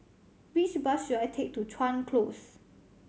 which bus should I take to Chuan Close